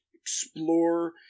explore